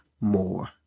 more